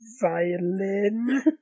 violin